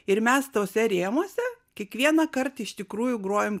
ir mes tuose rėmuose kiekvienąkart iš tikrųjų grojam